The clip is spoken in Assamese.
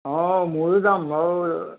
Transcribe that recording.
অঁ মইয়ো যাম